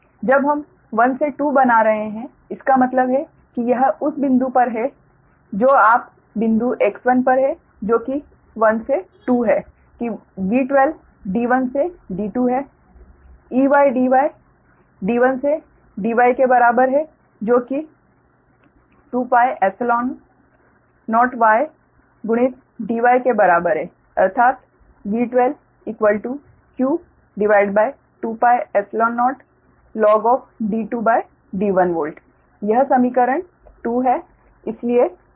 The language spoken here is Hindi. जब हम 1 से 2 बना रहे हैं इसका मतलब है कि यह उस बिंदु पर है जो आप बिंदु X1 पर हैं जो कि 1 से 2 है कि V12 D1 से D2 है Ey dy D1 से dy के बराबर है जो की 2πϵ0y गुणित dy के बराबर है अर्थात V12q2πϵ0logD2D1 volt यह समीकरण 2 है